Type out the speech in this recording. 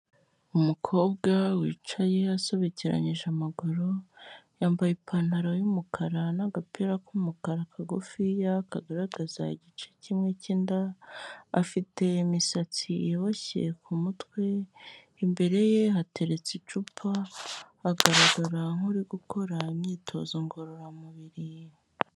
Umukobwa wicaye asobekeranyije amaguru yambaye ipantaro y'umukara n'agapira k'umukara kagufi kagaragaza igice kimwe cy'inda, afite imisatsi iboshye ku mutwe, imbere ye hateretse icupa, agaragara nk'uri gukora imyitozo ngororamubiri.